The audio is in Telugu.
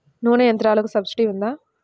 నూనె యంత్రాలకు సబ్సిడీ ఉందా?